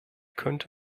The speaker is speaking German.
könnte